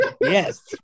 yes